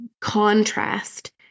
contrast